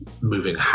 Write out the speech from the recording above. moving